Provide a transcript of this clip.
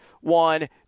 one